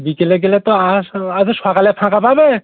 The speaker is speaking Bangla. বিকেলে গেলে তো আসো আচ্ছা সকালে ফাঁকা পাবে